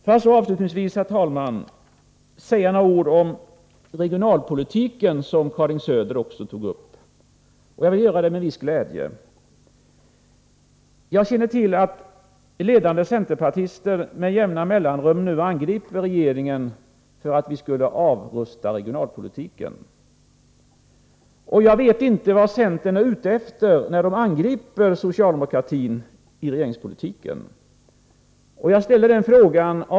Låt mig avslutningsvis, herr talman, säga några ord om regionalpolitiken, en fråga som Karin Söder också tog upp i sitt anförande. Jag gör det med en viss glädje. Jag känner till att ledande centerpartister med jämna mellanrum angriper regeringen för att vi skulle avrusta på regionalpolitikens område. Jag vet inte vad centern är ute efter när man angriper vår politik. Av tre skäl ställer jag den frågan.